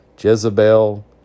Jezebel